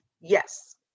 yes